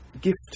gift